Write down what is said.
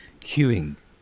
queuing